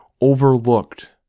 overlooked